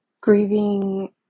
grieving